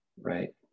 right